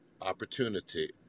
opportunity